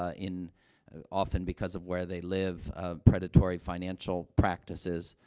ah in often because of where they live ah, predatory financial practices.